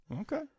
okay